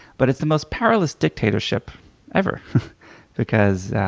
but it's the most powerless dictatorship ever because